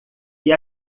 que